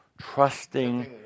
Trusting